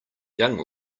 young